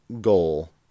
goal